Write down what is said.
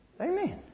Amen